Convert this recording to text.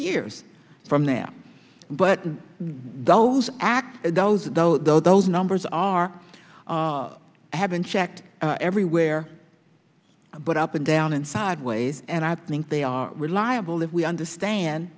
years from now but those acts those though though those numbers are i haven't checked everywhere but up and down and sideways and i think they are reliable if we understand